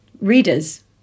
readers